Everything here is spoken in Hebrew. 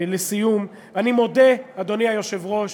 לסיום, אני מודה, אדוני היושב-ראש,